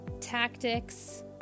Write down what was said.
tactics